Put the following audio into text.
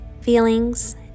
feelings